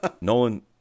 Nolan